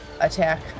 attack